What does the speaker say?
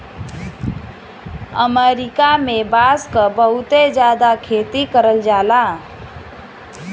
अमरीका में बांस क बहुत जादा खेती करल जाला